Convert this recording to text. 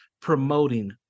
promoting